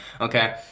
okay